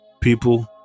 people